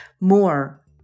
more